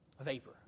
vapor